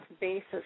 basis